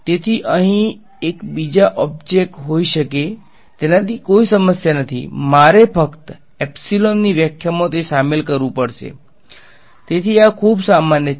તેથી અહીં એક બીજા ઓબ્જેક્ટ હોઈ શકે તેનાથી કોઈ સમસ્યા નથી મારે ફક્ત એપ્સીલોનની વ્યાખ્યામાં તે શામેલ કરવું પડશે તેથી આ ખૂબ સામાન્ય છે